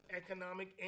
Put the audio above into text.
economic